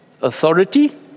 authority